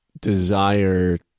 desire